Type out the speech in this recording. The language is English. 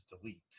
delete